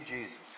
Jesus